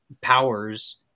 powers